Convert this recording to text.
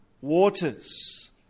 waters